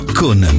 con